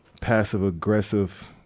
passive-aggressive